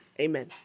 Amen